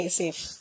safe